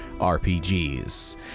rpgs